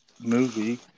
movie